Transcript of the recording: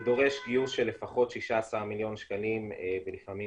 זה דורש גיוס של לפחות 16 מיליון שקלים ולפעמים